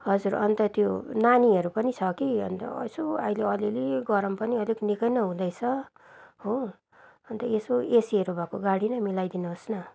हजुर अन्त त्यो नानीहरू पनि छ कि अन्त यसो अहिले अलि अलि गरम पनि अलिक निकै नै हुँदैछ हो अन्त यसो एसीहरू भएको गाडी नै मिलाइदिनु होस् न